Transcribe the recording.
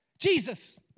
Jesus